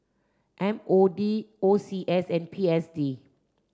M O D O C S and P S D